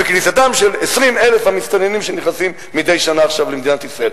ב-20,000 המסתננים שנכנסים עכשיו מדי שנה למדינת ישראל.